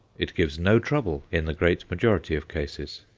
it gives no trouble in the great majority of cases.